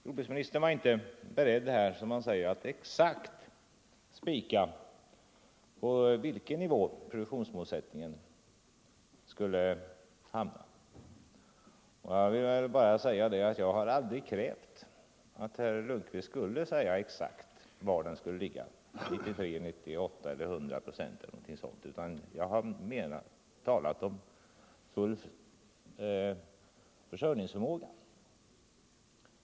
Jordbruksministern var inte beredd att här, som han sade, exakt spika fast på vilken nivå produktionsmålsättningen skulle hamna. Jag har dock aldrig krävt att herr Lundkvist skulle säga exakt var den skulle ligga, vid 98 procent, vid 100 procent eller något sådant, utan jag har talat för att vi skall ha full försörjningsförmåga.